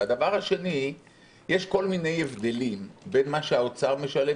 והדבר השני - יש כל מיני הבדלים בין מה שהאוצר משלם,